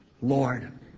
Lord